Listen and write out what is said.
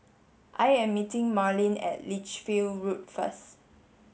I am meeting Marlin at Lichfield Road first